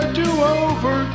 do-over